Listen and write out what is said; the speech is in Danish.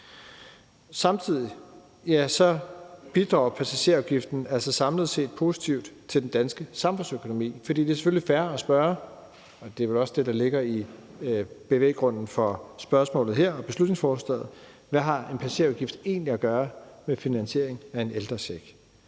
Samtidig bidrager passagerafgiften altså samlet set positivt til den danske samfundsøkonomi. For det er selvfølgelig fair at spørge – og det er vel også det, der ligger i bevæggrunden for beslutningsforslaget her – hvad en passagerafgift egentlig har at gøre med finansiering af en ældrecheck.